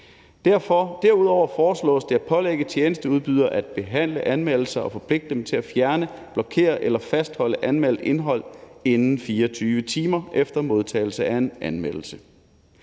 Derudover foreslås det at pålægge tjenesteudbydere at behandle anmeldelser og forpligte dem til at fjerne, blokere eller fastholde anmeldt indhold inden 24 timer efter modtagelse af en anmeldelse.